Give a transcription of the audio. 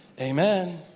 Amen